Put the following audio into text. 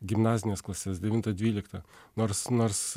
gimnazines klases devintą dvyliktą nors nors